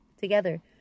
Together